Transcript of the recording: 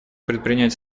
предпринять